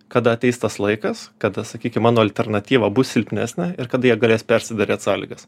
kada ateis tas laikas kada sakykim mano alternatyva bus silpnesnė ir kada jie galės persiderėt sąlygas